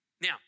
Now